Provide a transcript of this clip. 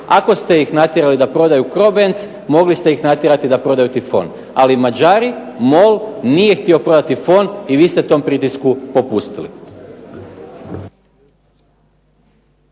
Ako ste ih natjerali da prodaju CROBENZ, mogli ste ih natjerati da prodaju Tifon, ali Mađari, MOL nije htio prodati Tifon, i vi ste tom pritisku popustili.